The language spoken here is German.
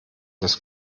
des